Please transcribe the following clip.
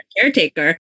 caretaker